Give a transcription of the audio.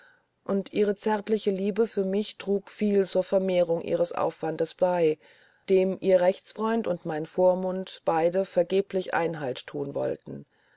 und ihre zärtliche liebe für mich trug viel zur vermehrung ihres aufwandes bei dem ihr rechtsfreund und mein vormund beide vergeblich einhalt thun wollten